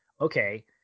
okay